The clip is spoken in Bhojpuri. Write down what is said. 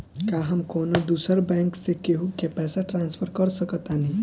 का हम कौनो दूसर बैंक से केहू के पैसा ट्रांसफर कर सकतानी?